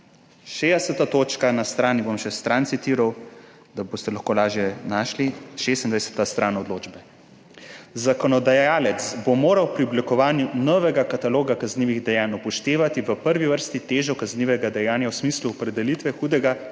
svetovalci, 60. točka, na strani, bom še stran citiral, da boste lahko lažje našli, 26. stran odločbe: »Zakonodajalec bo moral pri oblikovanju novega kataloga kaznivih dejanj upoštevati v prvi vrsti težo kaznivega dejanja v smislu opredelitve hudega